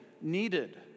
needed